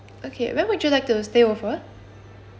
okay when would you like to stay over